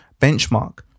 benchmark